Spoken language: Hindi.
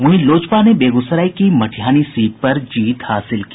वहीं लोजपा ने बेगूसराय की मटिहानी सीट पर जीत हासिल की